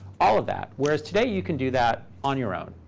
all of that. whereas today, you can do that on your own,